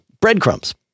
breadcrumbs